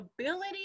ability